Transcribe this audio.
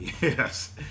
yes